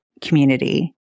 community